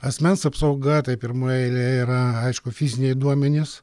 asmens apsauga taip pirmoj eilėje yra aišku fiziniai duomenys